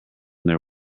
their